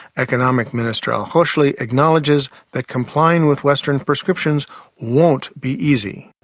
economic minister alkoshli acknowledges that complying with western prescriptions won't be easy.